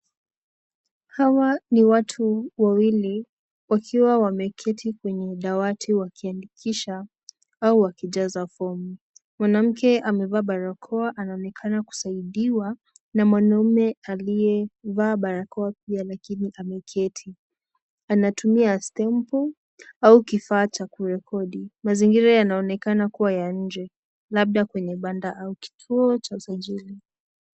Hawa ni watu wawili wakiwa wameketi kwenye dawati wakiandikisha au wakijaza fomu, mwanamke amevaa barakoa anaonekana kusaidiwa na mwanaume aliyevaa barakoa pia lakini ameketi, anatumia stempu au kifaa cha kurekodi. Mazingira yanaonekana kuwa inje labda kwenye banda au kituo cha usajili.